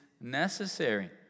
necessary